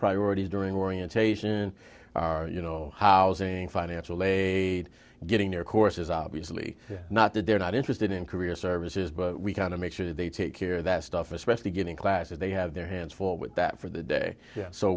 priorities during orientation you know how seeing financial aid getting their courses obviously not that they're not interested in career services but we kind of make sure they take care of that stuff especially getting classes they have their hands full with that for the day so